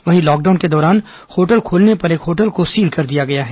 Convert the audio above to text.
वहीं लॉकडाउन के दौरान होटल खोलने पर एक होटल को सील कर दिया गया है